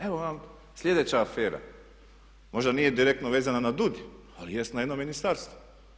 Evo vam slijedeća afera, možda nije direktno vezana na DUUDI ali jest na jedno ministarstvo.